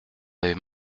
avez